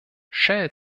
shell